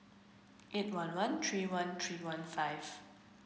eight one one three one three one five